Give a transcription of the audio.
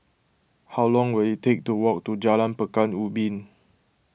how long will it take to walk to Jalan Pekan Ubin